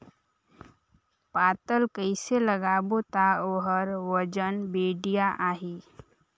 पातल कइसे लगाबो ता ओहार वजन बेडिया आही?